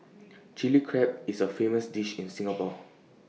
Chilli Crab is A famous dish in Singapore